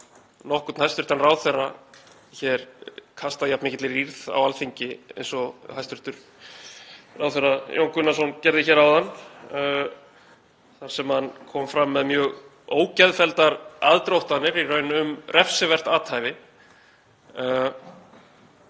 nokkurn hæstv. ráðherra kasta jafn mikilli rýrð á Alþingi og hæstv. ráðherra Jón Gunnarsson gerði hér áðan þar sem hann kom fram með mjög ógeðfelldar aðdróttanir í raun um refsivert athæfi.